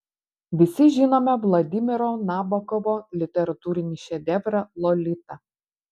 visi žinome vladimiro nabokovo literatūrinį šedevrą lolita